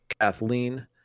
Kathleen